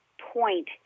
point